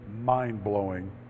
mind-blowing